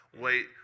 wait